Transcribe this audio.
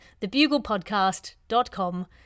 Thebuglepodcast.com